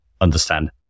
understand